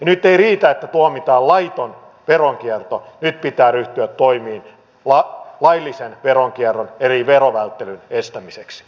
nyt ei riitä että tuomitaan laiton veronkierto nyt pitää ryhtyä toimiin laillisen veronkierron eli verovälttelyn estämiseksi